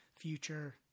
future